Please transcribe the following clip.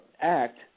act